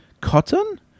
Cotton